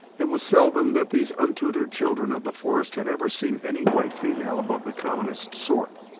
it was seldom that these untutored children of the forest had ever seen any white female above the commonest sort,